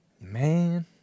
Man